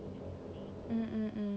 hmm hmm hmm